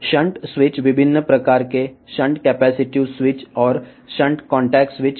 shunt స్విచ్లలో వివిధ రకాలైన షంట్ కెపాసిటివ్ స్విచ్ మరియు షంట్ కాంటాక్ట్ స్విచ్ కలవు